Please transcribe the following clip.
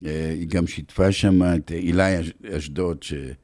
היא גם שיתפה שמה את אליי אשדוד ש.....